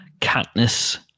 Katniss